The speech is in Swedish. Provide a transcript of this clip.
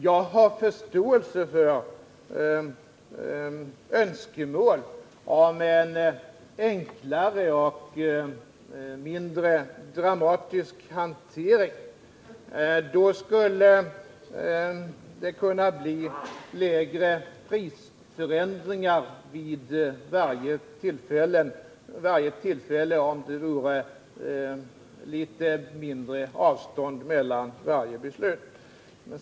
Jag har förståelse för önskemålen om en enklare och mindre dramatisk hantering. Om avstånden mellan varje beslut vore litet mindre, skulle prisförändringarna kunna bli lägre vid varje tillfälle.